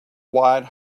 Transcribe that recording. wide